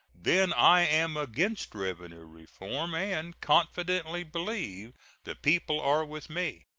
then i am against revenue reform, and confidently believe the people are with me.